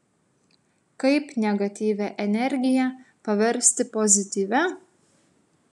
kaip negatyvią energiją paversti pozityvia